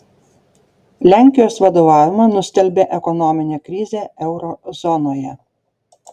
lenkijos vadovavimą nustelbė ekonominė krizė euro zonoje